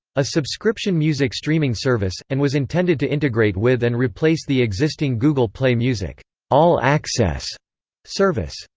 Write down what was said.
a subscription music streaming service, and was intended to integrate with and replace the existing google play music all access service.